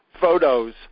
photos